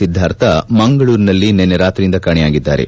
ಸಿದ್ದಾರ್ಥ ಮಂಗಳೂರಿನಲ್ಲಿ ನಿನ್ನೆ ರಾತ್ರಿಯಿಂದ ಕಾಣೆಯಾಗಿದ್ದಾರೆ